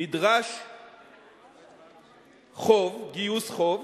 נדרש חוב, גיוס חוב,